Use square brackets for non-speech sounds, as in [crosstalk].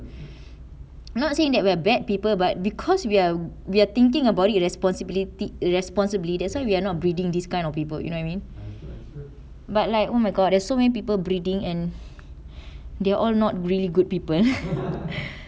I'm not saying that we're bad people but because we are we're thinking about it responsibility responsibly that's why we are not breeding these kind of people you know you mean but like oh my god there's so many people breeding and they all not really good people [laughs]